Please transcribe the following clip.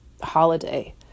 holiday